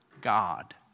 God